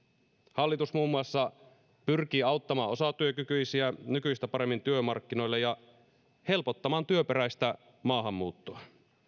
hallitus muun muassa pyrkii auttamaan osatyökykyisiä nykyistä paremmin työmarkkinoille ja helpottamaan työperäistä maahanmuuttoa